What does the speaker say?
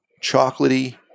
chocolatey